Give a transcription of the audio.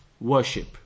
worship